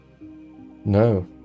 no